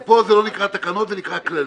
פה זה לא נקרא תקנות, זה נקרא כללים.